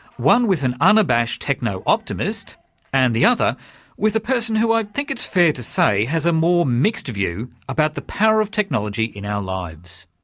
one with an unabashed techno-optimist and the other with a person who i think it's fair to say has a more mixed view about the power of technology in our lives.